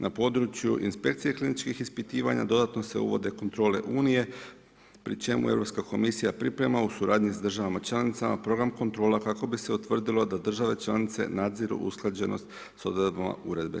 Na području inspekcije kliničkih ispitivanja dodatno se uvode kontrole unije pri čemu Europska komisija priprema u suradnju s državama članicama program kontrola kako bi se utvrdilo da države članice nadziru usklađenost s odredbama uredbe.